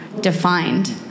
defined